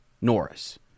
Norris